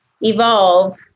evolve